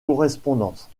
correspondance